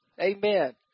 Amen